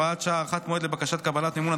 (הוראת שעה) (הארכת מועד לבקשת קבלת מימון),